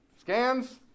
scans